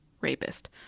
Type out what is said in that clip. rapist